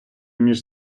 між